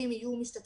אלה נתונים